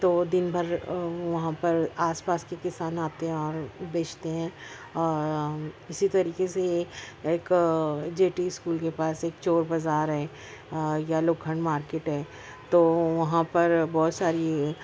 تو دن بھر وہاں پر آس پاس کے کسان آتے ہیں اور بیچتے ہیں اور اسی طریقے سے ایک جے ٹی اسکول کے پاس ایک چور بازار ہے یا لوکھنڈ مارکٹ ہے تو وہاں پر بہت ساری